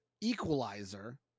equalizer